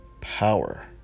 power